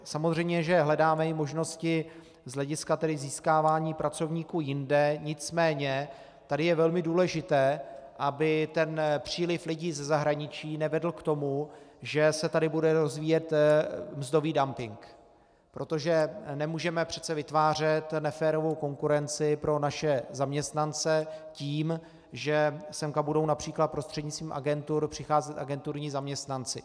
Samozřejmě že hledáme i možnosti z hlediska získávání pracovníků jinde, nicméně tady je velmi důležité, aby příliv lidí ze zahraničí nevedl k tomu, že se tady bude rozvíjet mzdový dumping, protože nemůžeme přece vytvářet neférovou konkurenci pro naše zaměstnance tím, že sem budou například prostřednictvím agentur přicházet agenturní zaměstnanci.